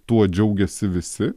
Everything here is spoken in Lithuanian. tuo džiaugiasi visi